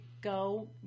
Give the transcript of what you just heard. go